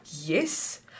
Yes